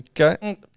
Okay